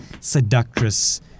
seductress